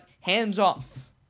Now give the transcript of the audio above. hands-off